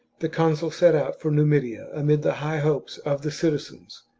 the consul set out for numidia amid the high hopes of the citizens,